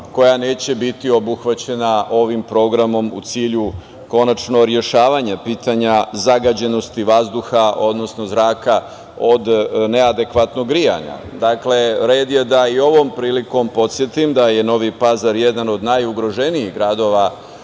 koja neće biti obuhvaćena ovim programom u cilju rešavanja pitanja zagađenosti vazduha, odnosno zraka od neadekvatnog grejanja. Dakle, red je da i ovom prilikom podsetim da je Novi Pazar jedan od najugroženijih gradova